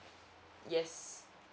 yes